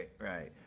right